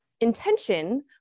intention